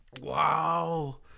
Wow